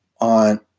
on